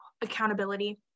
accountability